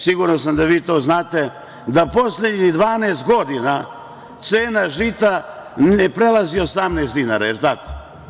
Siguran sam da vi to znate, da poslednjih 12 godina cena žita ne prelazi 18 dinara, jel tako?